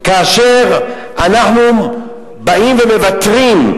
כאשר אנחנו באים ומוותרים,